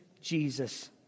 Jesus